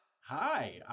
Hi